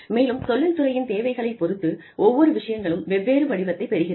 மேலும் தொழில்துறையின் தேவைகளைப் பொறுத்து ஒவ்வொரு விஷயங்களும் வெவ்வேறு வடிவத்தைப் பெறுகிறது